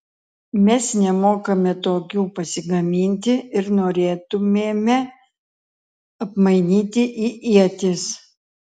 mes nemokame tokių pasigaminti ir norėtumėme apmainyti į ietis